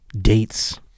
dates